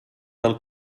del